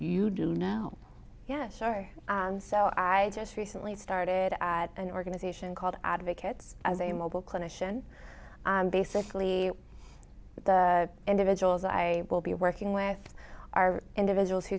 you do know yes sorry so i just recently started i had an organization called advocates as a mobile clinician basically the individuals i will be working with are individuals who